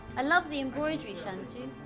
i love the embroidery, shantu.